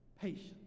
Patience